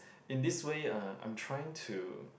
in this way uh I'm trying to